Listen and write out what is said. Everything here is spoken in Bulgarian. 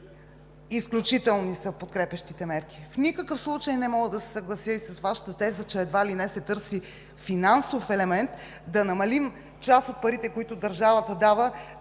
Изключителни са подкрепящите мерки. В никакъв случай не мога да се съглася и с Вашата теза, че едва ли не се търси финансов елемент – да намалим част от парите, които държавата дава,